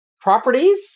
properties